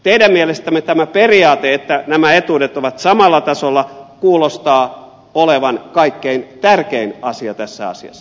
teidän mielestänne tämä periaate että nämä etuudet ovat samalla tasolla kuulostaa olevan kaikkein tärkein asia tässä asiassa